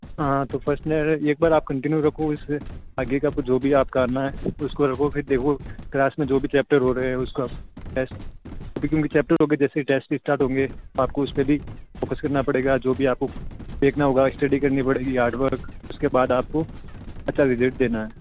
हाँ तो फर्स्ट एक बार आप कंटिन्यू रखो इससे आगे का कुछ जो भी है आपका करना है उसको रखो फिर देखो क्लास में जो भी चैपटर हो रहे हैं उसका टेस्ट जितने भी चैपटर हो गया जैसे ही टेस्ट स्टार्ट होंगे आपको उस पे भी फोकस करना पड़ेगा जो भी आपको देखना होगा स्टडी करनी पड़ेगी हार्ड वर्क उसके बाद आप अच्छा रिजल्ट देना है